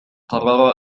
قرر